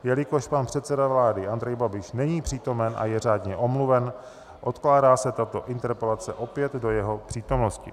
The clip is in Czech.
Jelikož pan předseda vlády Andrej Babiš není přítomen a je řádně omluven, odkládá se tato interpelace opět do jeho přítomnosti.